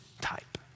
type